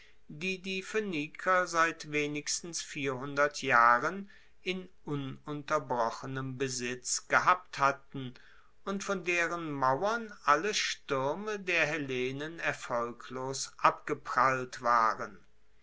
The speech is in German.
die die phoeniker seit wenigstens vierhundert jahren in ununterbrochenem besitz gehabt hatten und von deren mauern alle stuerme der hellenen erfolglos abgeprallt waren